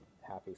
happy